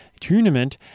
Tournament